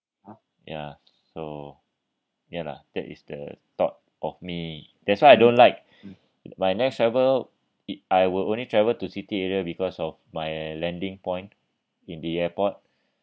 ya so ya lah that is the thought of me that's why I don't like my next travel it~ I will only travel to city area because of my landing point in the airport